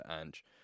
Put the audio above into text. Ange